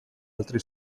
altri